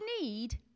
need